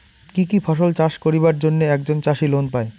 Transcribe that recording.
কি কি ফসল চাষ করিবার জন্যে একজন চাষী লোন পায়?